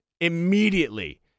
immediately